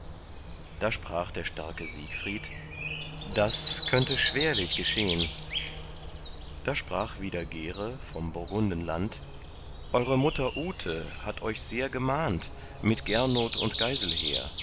da sprach der starke siegfried das könnte schwerlich geschehn da sprach wieder gere von burgundenland eure mutter ute hat euch sehr gemahnt mit gernot und geiselher